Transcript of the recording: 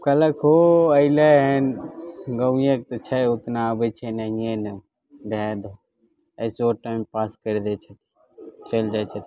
कहलक ओ अइलै हन गाँवेके तऽ छै ओतना अबैत छै नहिए ने रहए दहो अइसहो टाइम पास करि दै छै चलि जाइत छथिन